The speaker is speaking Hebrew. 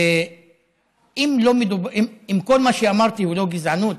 אם כל מה שאמרתי זו לא גזענות,